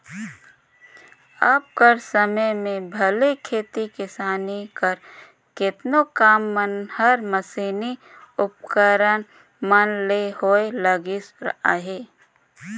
अब कर समे में भले खेती किसानी कर केतनो काम मन हर मसीनी उपकरन मन ले होए लगिस अहे